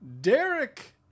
Derek